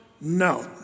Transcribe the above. No